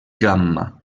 gamma